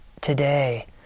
today